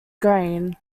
grain